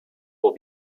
will